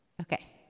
okay